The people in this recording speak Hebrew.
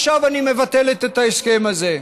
עכשיו אני מבטלת את ההסכם הזה.